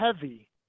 heavy